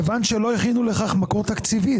מכיוון שלא הכינו לכך מקור תקציבי.